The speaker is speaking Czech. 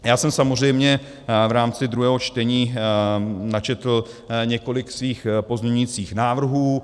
Já jsem samozřejmě v rámci druhého čtení načetl několik svých pozměňovacích návrhů.